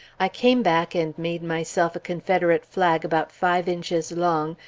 i came back and made myself a confederate flag about five inches long,